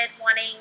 wanting